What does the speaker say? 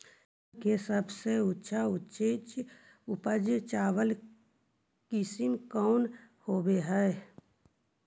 चावल के सबसे अच्छा उच्च उपज चावल किस्म कौन होव हई?